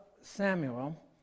Samuel